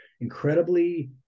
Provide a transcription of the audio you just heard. incredibly